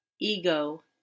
Ego